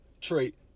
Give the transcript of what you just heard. trait